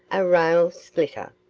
a rail-splitter,